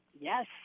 Yes